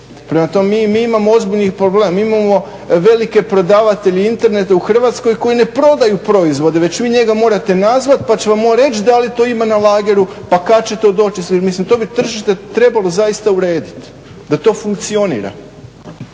Prema tome mi imamo ozbiljnih problema, mi imamo velike prodavatelja interneta koji ne prodaju proizvod već vi njega morate nazvati pa će vam on reći da li to ima na lageru pa kada će to doći, mislim to bi tržište trebalo zaista urediti, da to funkcionira.